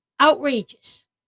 outrageous